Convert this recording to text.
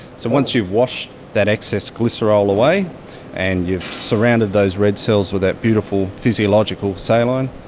so once you've washed that excess glycerol away and you've surrounded those red cells with that beautiful physiological saline,